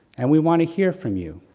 and we want to hear from you